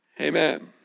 Amen